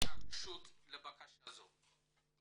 מהרשות לבקשה זו.